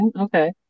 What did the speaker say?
okay